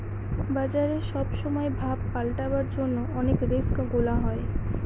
বাজারে সব সময় ভাব পাল্টাবার জন্য অনেক রিস্ক গুলা হয়